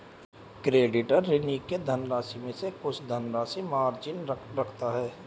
creditor, ऋणी के धनराशि में से कुछ धनराशि मार्जिन रखता है